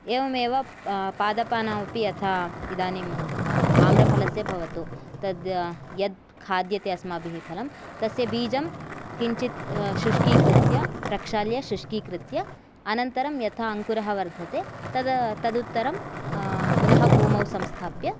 एवमेव पा पादपानाम् अपि यथा इदानीम् आम्रफलस्य भवतु तद् यद् खाद्यते अस्माभिः फलं तस्य बीजं किञ्चित् शुष्कीकृत्य प्रक्षाल्य शुष्कीकृत्य अनन्तरं यथा अङ्कुरः वर्धते तदा तदुत्तरं पुनः भूमौ संस्थाप्य